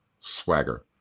swagger